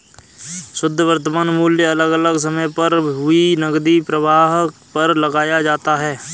शुध्द वर्तमान मूल्य अलग अलग समय पर हुए नकदी प्रवाह पर लगाया जाता है